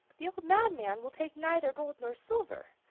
the old madman will take neither gold nor silver,